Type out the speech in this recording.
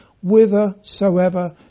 whithersoever